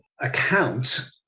account